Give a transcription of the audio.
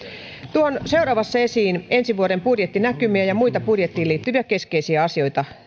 tuon seuraavassa esiin ensi vuoden budjettinäkymiä ja muita budjettiin liittyviä keskeisiä asioita